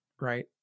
right